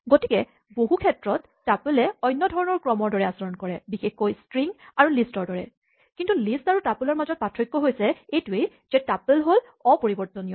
গতিকে বহুক্ষেত্ৰত টাপলে অন্য ধৰণৰ ক্ৰমৰ দৰে আচৰণ কৰে বিশেষকৈ ষ্ট্ৰিং আৰু লিষ্টৰ দৰে কিন্তু লিষ্ট আৰু টাপলৰ মাজত পাৰ্থক্য হৈছে এইটোৱেই যে টাপল্ হ'ল অপৰিবৰ্তনীয়